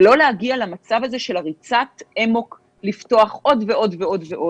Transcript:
ולא להגיע למצב הזה של ריצת האמוק לפתוח עוד ועוד ועוד,